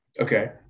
Okay